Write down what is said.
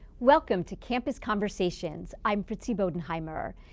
welcome to campus conversations. i'm fritzi bodenheimer.